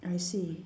I see